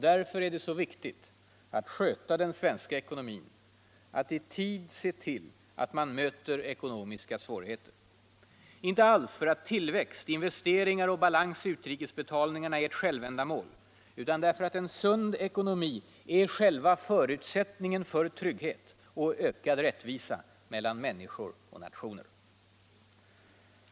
Därför är det så viktigt att sköta den svenska ekonomin, att i tid se och möta ekonomiska svårigheter. Inte alls för att tillväxt, investeringar och balans i utrikesbetalningarna är självändamål. Utan därför att en sund ekonomi är själva förutsättningen för trygghet och ökad rättvisa mellan människor och nationer.